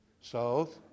south